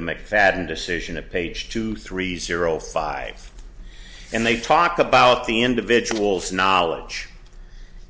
mcfadden decision of page two three zero five and they talk about the individual's knowledge